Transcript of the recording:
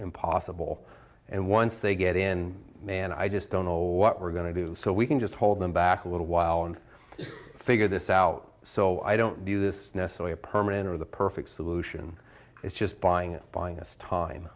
impossible and once they get in and i just don't know what we're going to do so we can just hold them back a little while and figure this out so i don't do this necessary a permanent or the perfect solution is just buying it buying us time